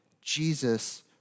Jesus